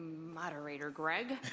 moderator greg.